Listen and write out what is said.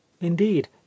indeed